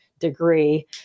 degree